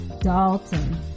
Dalton